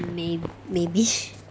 may~ maybe